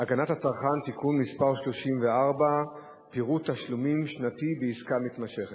הגנת הצרכן (תיקון מס' 34) (פירוט תשלומים שנתי בעסקה מתמשכת),